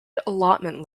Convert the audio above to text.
allotment